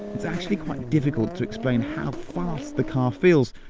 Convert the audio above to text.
it's actually quite difficult to explain how fast the car feels.